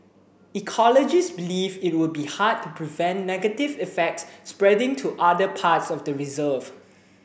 ecologists believe it would be hard to prevent negative effects spreading to other parts of the reserve